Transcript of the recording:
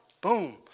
boom